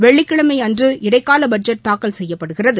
வெள்ளிக்கிழமை அன்று இடைக்கால பட்ஜெட் தாக்கல் செய்யப்படுகிறது